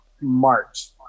March